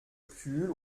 kühl